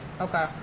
Okay